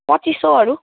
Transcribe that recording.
पच्चिस सौहरू